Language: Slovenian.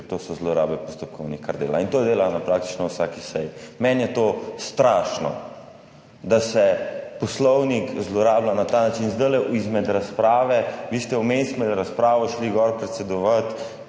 dela, so zlorabe postopkovnih. In to dela na praktično vsaki seji. Meni je strašno, da se poslovnik zlorablja na ta način. Zdajle med razpravo, vi ste vmes med razpravo šli gor predsedovat,